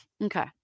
Okay